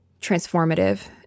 transformative